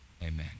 amen